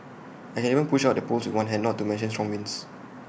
I can even push out the poles with one hand not to mention strong winds